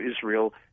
Israel